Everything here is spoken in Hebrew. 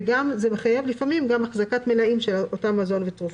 וזה מחייב לפעמים גם החזקת מלאים של מזון ותרופות.